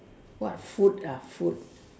what food ah food